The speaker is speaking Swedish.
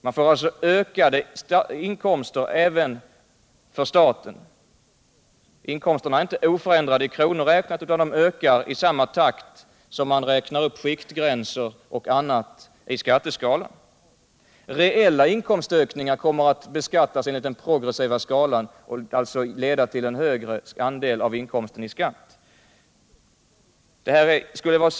Det blir alltså ökade inkomster även för staten. Inkomsterna är inte oförändrade i kronor räknat utan ökar i samma takt som man räknar upp skiktgränser och annat i skatteskalan. Reella inkomstökningar kommer att beskattas enligt den progressiva skalan och alltså leda till att en högre andel av inkomsten betalas i skatt.